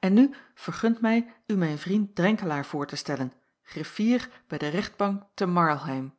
en nu vergunt mij u mijn vriend drenkelaer voor te stellen griffier bij de rechtbank te marlheim